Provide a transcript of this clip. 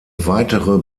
weitere